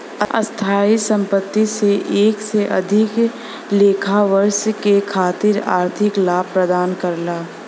स्थायी संपत्ति से एक से अधिक लेखा वर्ष के खातिर आर्थिक लाभ प्रदान करला